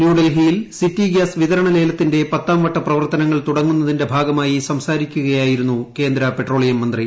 ന്യൂഡൽഹിയിൽ city gas വിതരണ ലേലത്തിന്റെ പത്താം വട്ട പ്രവർത്തനങ്ങൾ തുടങ്ങുന്നതിന്റെ ഭാഗമായി പ്രസ്സാരിക്കുകയായിരുന്നു കേന്ദ്ര പെട്രോളിയം മന്ത്രി